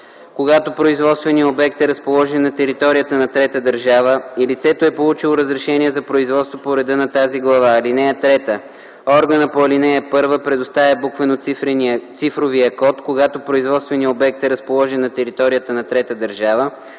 когато производственият обект е разположен на територията на трета държава и лицето е получило разрешение за производство по реда на тази глава. (3) Органът по ал. 1 предоставя буквено-цифровия код, когато производственият обект е разположен на територията на трета държава,